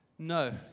No